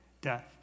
Death